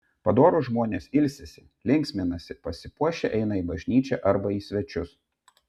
padorūs žmonės ilsisi linksminasi pasipuošę eina į bažnyčią arba į svečius